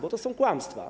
Bo to są kłamstwa.